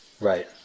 Right